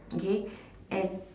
okay and